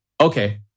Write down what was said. Okay